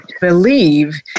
believe